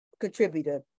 contributor